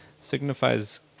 signifies